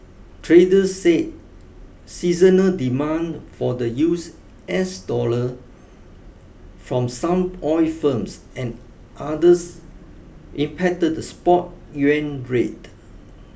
traders said seasonal demand for the use S dollar from some oil firms and others impacted the spot yuan rate